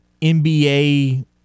NBA